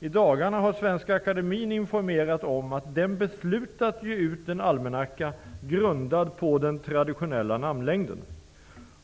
''I dagarna har Svenska Akademien informerat om att den beslutat ge ut en almanacka, grundad på den traditionella namnlängden -.''